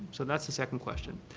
so that's the second question.